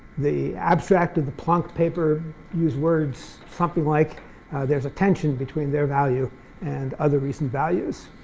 the abstract of the planck paper use words something like there's a tension between their value and other recent values.